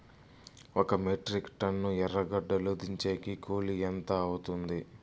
ఒక metric ton ఎర్రగడ్డలు దించేకి కూలి ఎంత అవుతుంది?